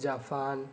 Japan